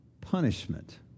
punishment